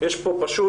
יש פה פשוט